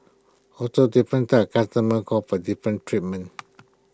also different types customers call for different treatments